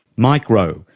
mike rowe,